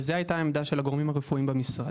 וזו הייתה העמדה של הגורמים הרפואיים במשרד.